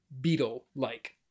beetle-like